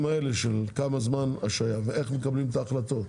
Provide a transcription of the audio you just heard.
האלה של כמה זמן השהייה ואיך מקבלים את ההחלטות,